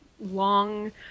long